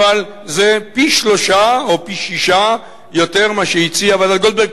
אבל זה פי-שלושה ממה שהציעה ועדת-גולדברג,